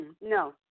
no